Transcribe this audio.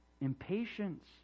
Impatience